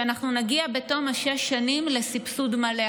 ובתום שש השנים נגיע לסבסוד מלא.